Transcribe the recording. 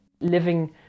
Living